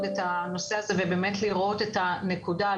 את הנושא הזה ובאמת לראות את הנקודה.